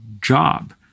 job